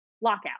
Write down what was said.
lockout